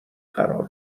قرار